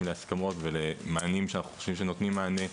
להסכמות ולמענים שאנחנו חושבים שנותנים מענה טוב.